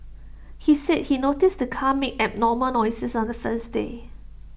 he said he noticed the car made abnormal noises on the first day